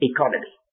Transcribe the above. Economy